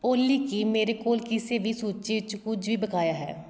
ਓਲੀ ਕੀ ਮੇਰੇ ਕੋਲ ਕਿਸੇ ਵੀ ਸੂਚੀ ਵਿੱਚ ਕੁਝ ਵੀ ਬਕਾਇਆ ਹੈ